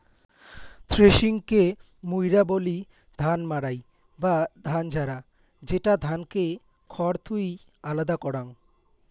থ্রেশিংকে মুইরা বলি ধান মাড়াই বা ধান ঝাড়া, যেটা ধানকে খড় থুই আলাদা করাং